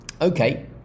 Okay